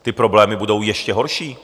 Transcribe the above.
Ty problémy budou ještě horší.